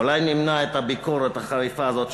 אולי נמנע את הביקורת החריפה הזאת,